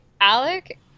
Alec